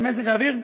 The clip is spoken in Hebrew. אבל מזג האוויר,